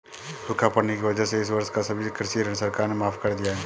सूखा पड़ने की वजह से इस वर्ष का सभी कृषि ऋण सरकार ने माफ़ कर दिया है